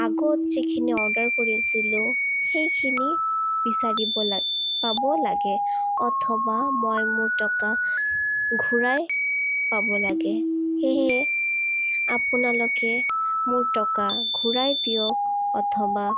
আগত যিখিনি অৰ্ডাৰ কৰিছিলোঁ সেইখিনি বিচাৰিব লাগ পাব লাগে অথবা মই মোৰ টকা ঘূৰাই পাব লাগে সেয়ে আপোনালোকে মোৰ টকা ঘূৰাই দিয়ক অথবা